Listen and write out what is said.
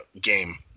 game